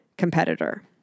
competitor